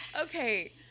Okay